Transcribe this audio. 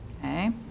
Okay